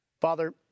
Father